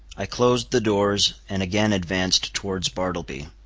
i closed the doors, and again advanced towards bartleby.